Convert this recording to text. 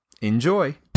Enjoy